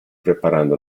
preparando